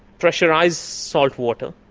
pressurise salt water,